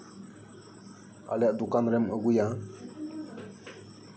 ᱟᱞᱮᱭᱟᱜ ᱫᱚᱠᱟᱱ ᱨᱮᱢ ᱟᱹᱜᱩᱭᱟ